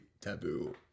taboo